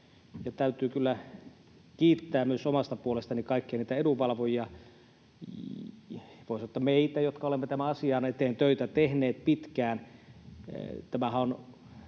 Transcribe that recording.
täytyy kyllä kiittää myös omasta puolestani kaikkia niitä edunvalvojia, voi sanoa, että meitä, jotka olemme tämän asian eteen töitä tehneet pitkään. Tämähän on